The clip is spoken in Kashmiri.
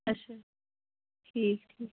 اَچھا ٹھیٖک ٹھیٖک